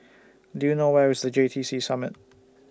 Do YOU know Where IS The J T C Summit